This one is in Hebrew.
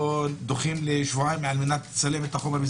דוחים לשבועיים כדי לצלם את החומר,